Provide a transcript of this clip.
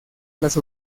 las